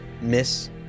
miss